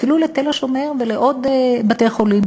ואפילו לתל-השומר ולעוד בתי-חולים,